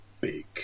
big